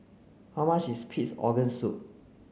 how much is pig's organ soup